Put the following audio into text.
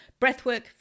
Breathwork